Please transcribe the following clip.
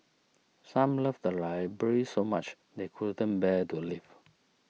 some love the library so much they couldn't bear to leave